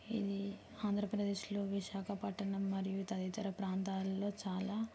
ఇది ఆంధ్రప్రదేశ్లో విశాఖపట్టణం మరియు తదితర ప్రాంతాలలో చాలా